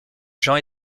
jean